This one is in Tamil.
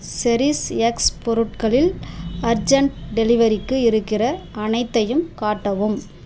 செரிஷ்எக்ஸ் பொருட்களில் அர்ஜெண்ட் டெலிவரிக்கு இருக்கிற அனைத்தையும் காட்டவும்